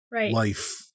life